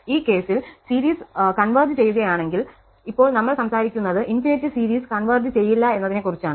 ഈ കേസിൽ സീരീസ് ഒത്തുചേരുകയാണെങ്കിൽ കാരണം ഇപ്പോൾ നമ്മൾ സംസാരിക്കുന്നത് അനന്തമായ സീരീസ് ഒത്തുചേരാനിടയില്ല എന്നതിനെക്കുറിച്ചാണ്